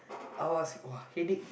I'll ask !wah! headache